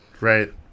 Right